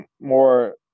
more –